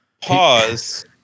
pause